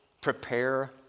prepare